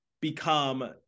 become